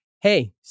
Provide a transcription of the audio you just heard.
hey